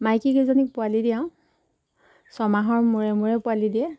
মাইকীকেইজনীক পোৱালি দিয়াওঁ ছমাহৰ মূৰে মূৰে পোৱালি দিয়ে